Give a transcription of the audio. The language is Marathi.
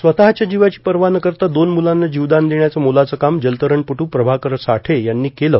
स्वतःच्या जीवाची पर्वा न करता दोन मुलांना जीवदान देण्याचं मोलाचं काम जलतरणपटू प्रभाकर साठे यांनी केलं